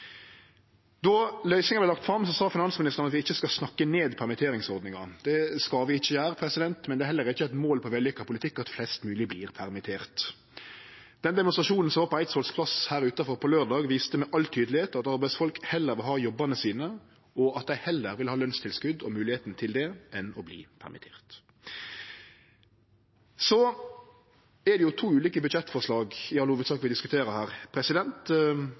Då løysinga vart lagd fram, sa finansministeren at vi ikkje skal snakke ned permitteringsordninga. Det skal vi ikkje gjere, men det er heller ikkje eit mål på vellykka politikk at flest mogleg vert permitterte. Den demonstrasjonen som var på Eidsvolls plass her utanfor på laurdag, viste tydeleg at arbeidsfolk heller vil ha jobbane sine, og at dei heller vil ha lønstilskot og moglegheita til det enn å verte permitterte. Det er i all hovudsak to ulike budsjettforslag